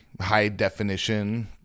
high-definition